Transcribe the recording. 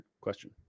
question